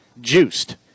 Juiced